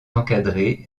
encadré